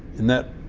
and that